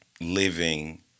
living